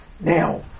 Now